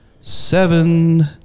Seven